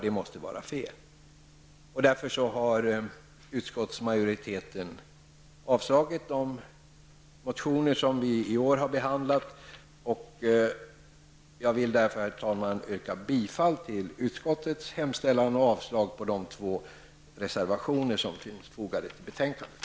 Det måste vara fel. Därför har utskottsmajoriteten avstyrkt de motioner som i år har behandlats. Jag vill därför, herr talman, yrka bifall till utskottets hemställan och avslag på de två reservationer som finns fogade till betänkandet.